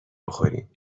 بخوریم